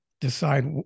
decide